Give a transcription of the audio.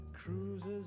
Cruises